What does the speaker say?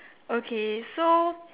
okay so